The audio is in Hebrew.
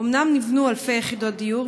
אומנם נבנו אלפי יחידות דיור,